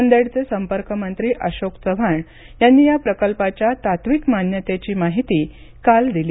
नांदेडचे संपर्कमंत्री अशोक चव्हाण यांनी या प्रकल्पाच्या तात्विक मान्यतेची माहिती काल दिली